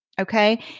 Okay